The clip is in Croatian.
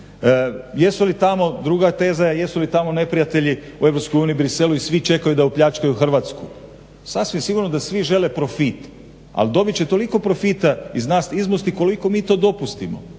Jesu li tamo, druga je teza, jesu li tamo neprijatelji u EU, Bruxellesu i svi čekaju da opljačkaju Hrvatsku. Sasvim sigurno da svi žele profit, ali dobit će toliko profita iz nas izmusti koliko mi to dopustimo,